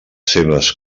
seves